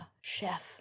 chef